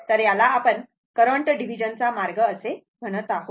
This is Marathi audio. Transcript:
तर आपण याला करंट डिव्हिजन चा मार्ग असे म्हणत आहोत